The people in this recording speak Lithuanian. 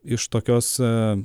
iš tokios